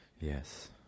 Yes